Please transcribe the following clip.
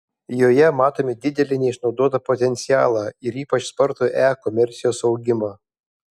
joje matome didelį neišnaudotą potencialą ir ypač spartų e komercijos augimą